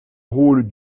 rôle